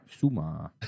suma